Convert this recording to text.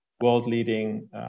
world-leading